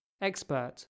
expert